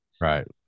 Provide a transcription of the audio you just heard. Right